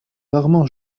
rarement